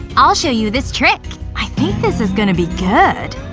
i'll show you this trick! i think this is going to be good